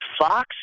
Fox